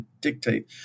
dictate